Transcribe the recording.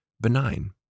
benign